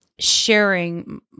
sharing